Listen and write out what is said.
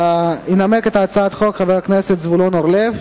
ינמק את הצעת החוק חבר הכנסת זבולון אורלב.